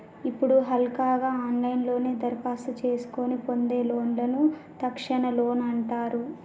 ఇప్పుడు హల్కగా ఆన్లైన్లోనే దరఖాస్తు చేసుకొని పొందే లోన్లను తక్షణ లోన్ అంటారు